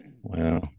Wow